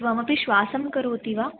त्वमपि श्वासं करोति वा